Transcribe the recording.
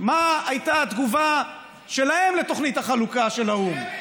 מה הייתה התגובה שלהם על תוכנית החלוקה של האו"ם.